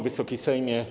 Wysoki Sejmie!